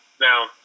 Now